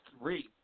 three